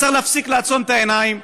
אז צריך להפסיק לעצום את העיניים,